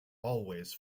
always